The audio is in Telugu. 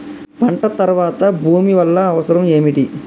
పంట తర్వాత భూమి వల్ల అవసరం ఏమిటి?